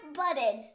button